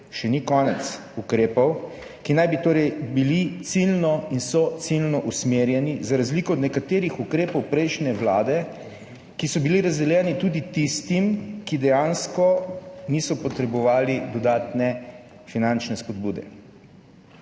še ni konec ukrepov, ki naj bi torej bili ciljno in so ciljno usmerjeni, za razliko od nekaterih ukrepov prejšnje vlade, ki so bili razdeljeni tudi tistim, ki niso potrebovali dodatne finančne spodbude.